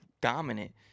dominant